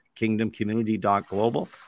kingdomcommunity.global